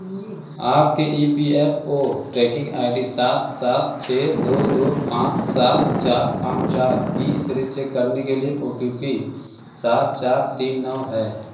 आपके E P F O tracking I D सात सात छः दो दो पाँच सात चार पाँच चार की स्थिति चेक करने के लिए ओ टी पी सात चार तीन नौ है